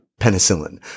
penicillin